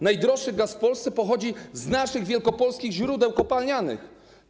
Najdroższy gaz w Polsce pochodzi z naszych wielkopolskich źródeł kopalnianych.